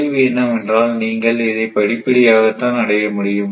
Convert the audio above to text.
கேள்வி என்னவென்றால் நீங்கள் இதை படிப்படியாகத்தான் அடைய முடியும்